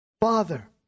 Father